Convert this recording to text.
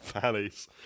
valleys